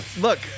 look